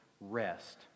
rest